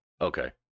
Okay